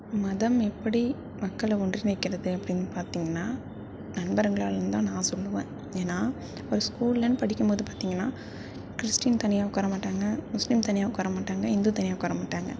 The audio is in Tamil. மதம் எப்படி மக்களை ஒன்றிணைக்கிறது அப்படின்னு பார்த்திங்ன்னா நண்பர்களாலன்னு தான் நான் சொல்லுவேன் ஏன்னா ஒரு ஸ்கூல்லனு படிக்கும் போது பார்த்திங்கன்னா கிறிஸ்டீன் தனியாக உட்காரமாட்டாங்க முஸ்லிம் தனியாக உட்காரமாட்டாங்க இந்து தனியாக உட்காரமாட்டாங்க